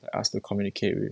like us to communicate with